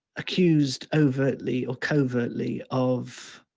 accused overtly or covertly of